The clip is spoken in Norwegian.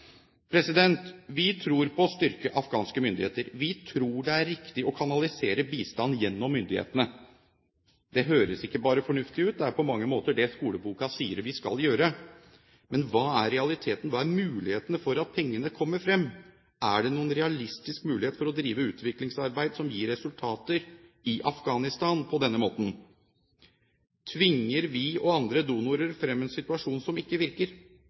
Vi tror på å styrke afghanske myndigheter. Vi tror det er riktig å kanalisere bistand gjennom myndighetene. Det høres ikke bare fornuftig ut, det er på mange måter det skoleboka sier vi skal gjøre. Men hva er realiteten? Hvilke muligheter er det for at pengene kommer frem? Er det noen realistisk mulighet til å drive utviklingsarbeid som gir resultater i Afghanistan på denne måten? Tvinger vi og andre donatorer frem en situasjon som ikke virker?